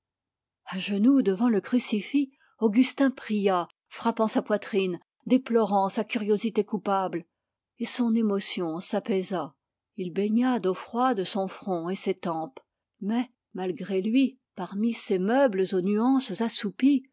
à genoux devant le crucifix augustin pria frappant sa poitrine déplorant sa curiosité coupable et son émotion s'apaisa il baigna d'eau froide son front et ses tempes mais malgré lui parmi ces meubles aux nuances assoupies